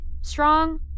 Strong